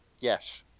Yes